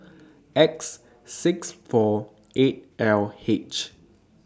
X six four eight L H